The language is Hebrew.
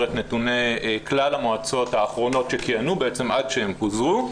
את נתוני כלל המועצות האחרונות שכיהנו בעצם עד שהן פוזרו.